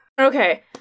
okay